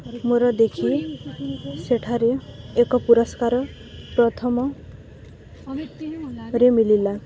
ମୋର ଦେଖି ସେଠାରେ ଏକ ପୁରସ୍କାର ପ୍ରଥମରେ ମଳିଲା